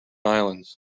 islands